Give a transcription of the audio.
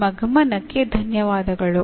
ನಿಮ್ಮ ಗಮನಕ್ಕೆ ಧನ್ಯವಾದಗಳು